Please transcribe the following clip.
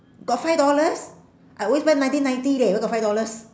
got five dollars I always buy nineteen ninety leh where got five dollars